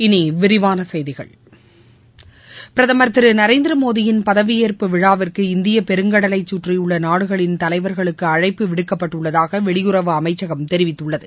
இனி விரிவான செய்திகள் பிரதமர் திரு நரேந்திரமோடி யின் பதவியேற்பு விழாவிற்கு இந்திய பெருங்கடலைச் கற்றியுள்ள நாடுகளின் தலைவாகளுக்கு அழைப்பு விடுக்கப்பட்டுள்ளதாக வெளியுறவு அமைச்சகம் தெரிவித்துள்ளது